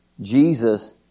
Jesus